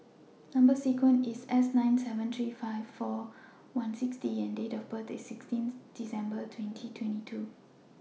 Number sequence IS S nine seven three five four one six D and Date of birth IS sixteen December twenty twenty two